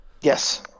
Yes